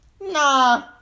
Nah